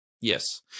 yes